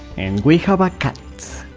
and we have a cat!